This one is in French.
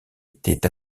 était